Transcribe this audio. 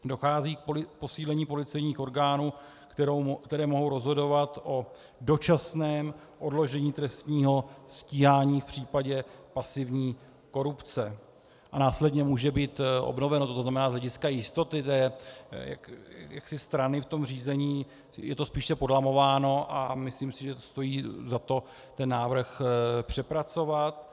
Dochází k posílení policejních orgánů, které mohou rozhodovat o dočasném odložení trestního stíhání v případě pasivní korupce, a následně může být obnoveno, to znamená, z hlediska jistoty strany v tom řízení je to spíše podlamováno, a myslím si, že stojí za to ten návrh přepracovat.